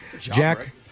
Jack